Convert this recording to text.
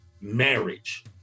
marriage